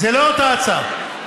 זו אותה הצעה.